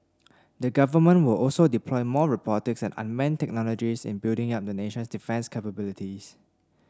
the government will also deploy more robotics and unmanned technologies in building up the nation's defence capabilities